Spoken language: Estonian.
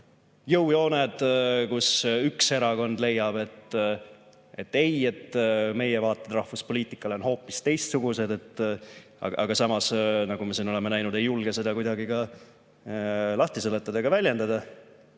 jõujooned, kui üks erakond leiab, et ei, nende vaated rahvuspoliitikale on hoopis teistsugused, aga samas, nagu me oleme siin näinud, ei julge nad seda kuidagi lahti seletada ega väljendada,